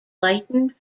lytton